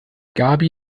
gaby